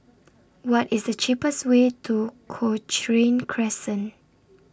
What IS The cheapest Way to Cochrane Crescent